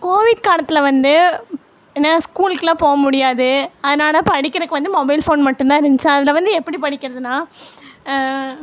Covid காலத்தில் வந்து என்ன ஸ்கூலுக்கெலாம் போக முடியாது அதனால் படிக்கிறக்கு வந்து மொபைல் ஃபோன் மட்டும் தான் இருந்துச்சு அதில் வந்து எப்படி படிக்கிறதுனா